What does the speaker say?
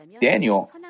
Daniel